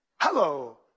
hello